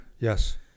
Yes